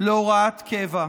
להוראת קבע.